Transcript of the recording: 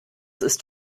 ist